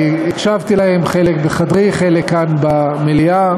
אני הקשבתי להם, חלק בחדרי וחלק כאן במליאה.